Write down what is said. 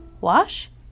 Wash